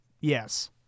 yes